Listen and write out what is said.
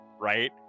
right